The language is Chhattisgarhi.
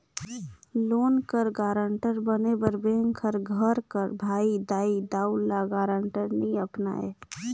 लोन कर गारंटर बने बर बेंक हर घर कर भाई, दाई, दाऊ, ल गारंटर नी अपनाए